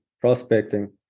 prospecting